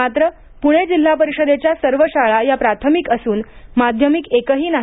मात्र पुणे जिल्हा परिषदेच्या सर्व शाळा या प्राथमिक असून माध्यमिक एकही नाही